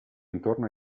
intorno